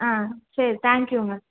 ஆ சரி தேங்க்யூங்க